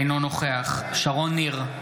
אינו נוכח שרון ניר,